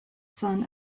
son